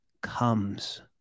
comes